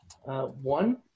one